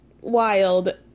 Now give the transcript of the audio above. wild